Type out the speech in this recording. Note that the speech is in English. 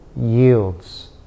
yields